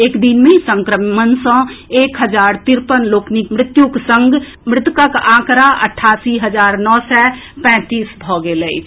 एक दिन मे संक्रमण सँ एक हजार तिरपन लोकनिक मृत्युक संग मृतकक आंकड़ा अठासी हजार नओ सय पैंतीस भऽ गेल अछि